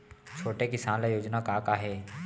छोटे किसान ल योजना का का हे?